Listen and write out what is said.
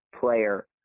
player